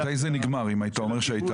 מתי זה נגמר, אם אתה אומר ש-'הייתה'?